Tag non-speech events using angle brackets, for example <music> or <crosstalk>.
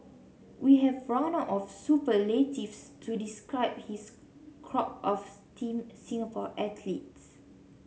we have run out of superlatives to describe his crop of <unintelligible> Team Singapore athletes